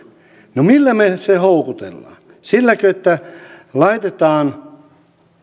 no millä me sen houkuttelemme silläkö että laitetaan